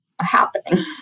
Happening